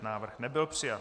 Návrh nebyl přijat.